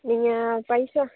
நீங்கள் பைசா